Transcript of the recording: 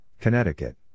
Connecticut